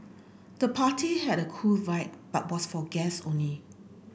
the party had a cool vibe but was for guests only